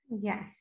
Yes